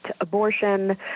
abortion